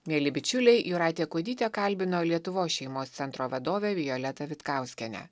mieli bičiuliai jūratė kuodytė kalbino lietuvos šeimos centro vadovę violetą vitkauskienę